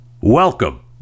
welcome